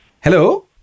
Hello